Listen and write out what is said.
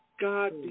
God